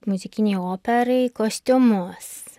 muzikinei operai kostiumus